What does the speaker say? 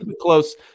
close